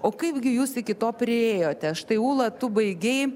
o kaipgi jūs iki to priėjote štai ūla tu baigei